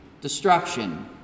destruction